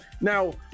now